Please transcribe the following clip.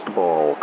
ball